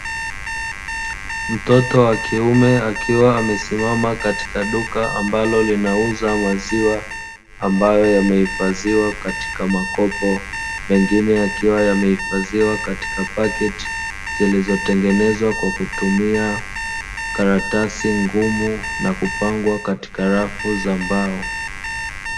Mtoto wa kiume akiwa amesimama katika duka ambalo linauza maziwa, ambayo yamehifadhiwa katika makopo mengine yakiwa yamehifadhiwa katika paketi zilizo tengenezwa kwa kutumia karatasi ngumu, na kupangwa katika rafu za mbao.